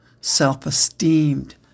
self-esteemed